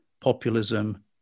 populism